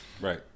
Right